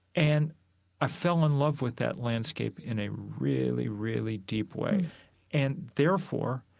and i fell in love with that landscape in a really, really deep way and therefore,